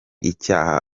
icyaha